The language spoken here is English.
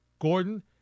Gordon